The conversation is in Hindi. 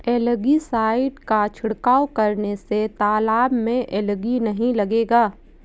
एलगी साइड का छिड़काव करने से तालाब में एलगी नहीं लगेगा